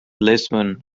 lisbon